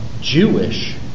Jewish